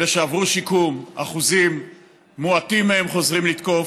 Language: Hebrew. אלה שעברו שיקום, אחוזים מועטים מהם חוזרים לתקוף,